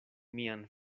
mian